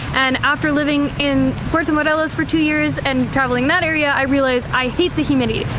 and after living in puerto morelos for two years and traveling that area i realized i hate the humidity.